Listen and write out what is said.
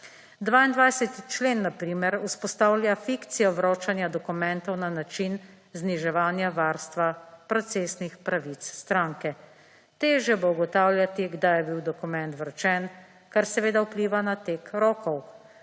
22. člen na primer vzpostavlja fikcijo vročanja dokumentov na način zniževanja varstva procesnih pravic stranke. Težje bo ugotavljati kdaj je bil dokument vročen, kar seveda vpliva na tek rokov.